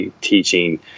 teaching